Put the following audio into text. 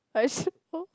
I suppose